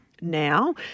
now